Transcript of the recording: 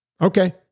Okay